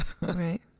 Right